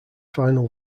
final